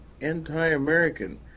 anti-American